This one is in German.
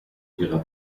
ihrer